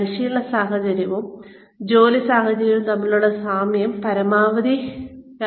പരിശീലന സാഹചര്യവും ജോലി സാഹചര്യവും തമ്മിലുള്ള സാമ്യം പരമാവധിയാക്കുന്നതിലൂടെ